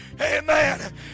Amen